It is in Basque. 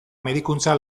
medikuntza